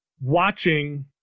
watching